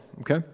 Okay